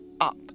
up